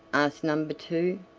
asked number two.